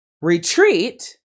retreat